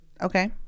Okay